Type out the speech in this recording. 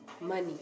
money